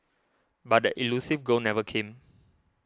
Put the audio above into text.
but that elusive goal never came